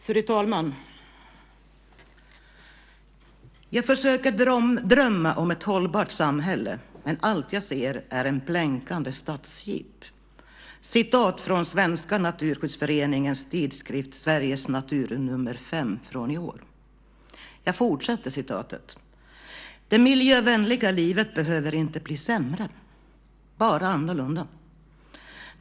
Fru talman! "Jag försöker drömma om ett hållbart samhälle, men allt jag ser är en blänkande stadsjeep." Det är ett citat från Svenska Naturskyddsföreningens tidskrift Sveriges Natur nr 5 från i år. Citatet fortsätter: "Det miljövänliga livet behöver inte bli sämre. Bara annorlunda.